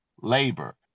labor